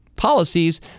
policies